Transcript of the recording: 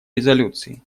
резолюции